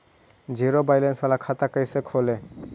Zero balance बाला खाता कैसे खोले?